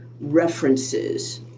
references